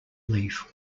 leaf